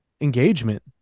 engagement